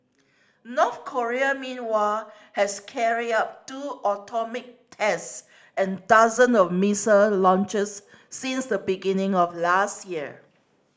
North Korea meanwhile has carried out two atomic test and dozens of missile launches since the beginning of last year